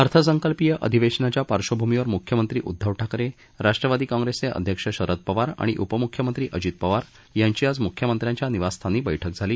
अर्थसंकल्पीय अधिवेशनाच्या पार्श्वभूमीवर मुख्यमंत्री उद्दव ठाकरे राष्ट्रवादी कॉंग्रेसचे अध्यक्ष शरद पवार आणि उपमुख्यमंत्री अजित पवार यांची आज मुख्यमंत्र्यांच्या निवासस्थानी बैठक झाली